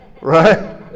Right